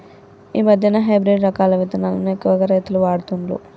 ఈ మధ్యన హైబ్రిడ్ రకాల విత్తనాలను ఎక్కువ రైతులు వాడుతుండ్లు